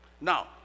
now